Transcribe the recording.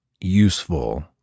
useful